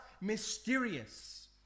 mysterious